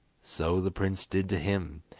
so the prince did to him,